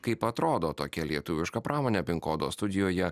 kaip atrodo tokia lietuviška pramonė pin kodo studijoje